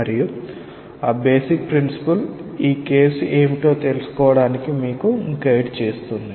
మరియు ఆ basic principle ఈ కేసు ఏమిటో తెలుసుకోవడానికి మీకు గైడ్ చేస్తుంది